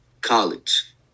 college